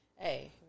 Hey